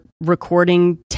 recording